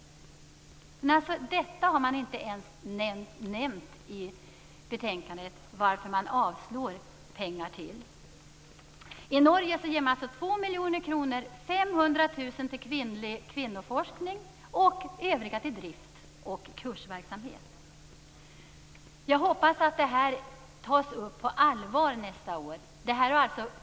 I betänkandet har man inte ens nämnt varför man avstyrker förslaget om pengar till detta. I Norge ger man 2 miljoner kronor. 500 000 går till kvinnoforskning och resten till drift och kursverksamhet. Jag hoppas att det här tas upp på allvar nästa år.